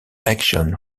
action